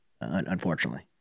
Unfortunately